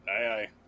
aye